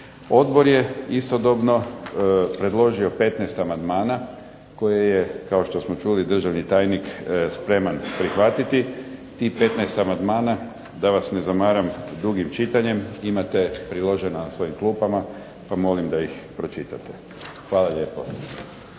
Odbor je istodobno predložio 15 amandmana koje je kao što smo čuli državni tajnik spreman prihvatiti. Tih 15 amandmana da vas ne zamaram dugim čitanjem imate priloženo na svojim klupama, pa molim da ih pročitate. Hvala lijepo.